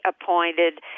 appointed